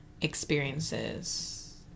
experiences